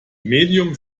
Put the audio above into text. medium